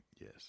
Yes